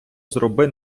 зроби